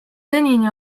senini